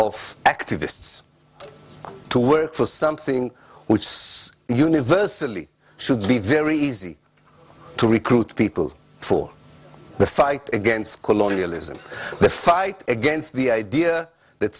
of activists to work for something which is universally should be very easy to recruit people for the fight against colonialism the fight against the idea that